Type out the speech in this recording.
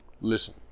Listen